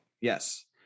yes